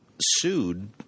sued